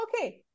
Okay